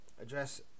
address